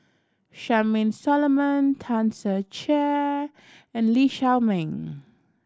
Charmaine Solomon Tan Ser Cher and Lee Shao Meng